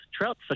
trout